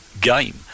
game